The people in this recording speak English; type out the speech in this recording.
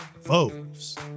Foes